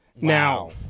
Now